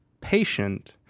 patient